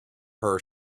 her